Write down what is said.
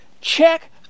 check